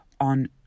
on